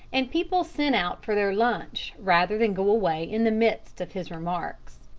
and people sent out for their lunch rather than go away in the midst of his remarks.